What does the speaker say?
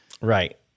right